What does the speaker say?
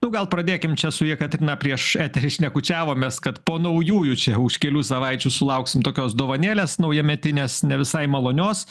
nu gal pradėkim čia su jekaterina prieš eterį šnekučiavomės kad po naujųjų čia už kelių savaičių sulauksim tokios dovanėlės naujametinės ne visai malonios